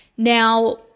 Now